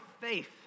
faith